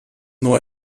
nur